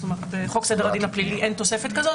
זאת אומרת חוק סדר הדין הפלילי אין תוספת כזאת.